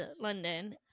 London